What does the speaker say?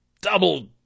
double